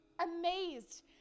amazed